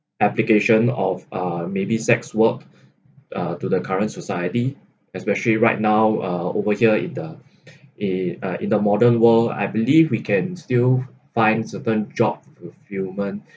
application of uh maybe sex work uh to the current society especially right now uh over here in the uh in the modern world I believe we can still find certain job fulfillment